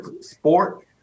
sport